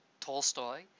Tolstoy